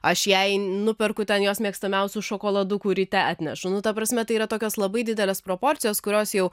aš jai nuperku ten jos mėgstamiausių šokoladukų ryte atnešu nu ta prasme tai yra tokios labai didelės proporcijos kurios jau